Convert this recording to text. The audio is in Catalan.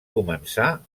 començar